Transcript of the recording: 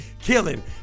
killing